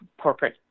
corporate